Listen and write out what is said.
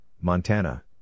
Montana